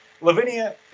Lavinia